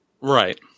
right